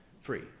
free